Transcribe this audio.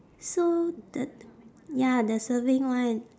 so the ya the surfing one